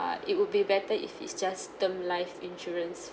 it would be better if it's just term life insurance